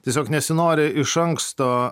tiesiog nesinori iš anksto